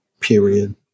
period